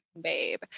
babe